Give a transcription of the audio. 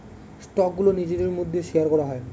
স্টকগুলো নিজেদের মধ্যে শেয়ার করা হয়